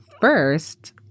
first